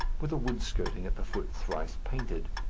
with a wood-skirting at the foot thrice painted.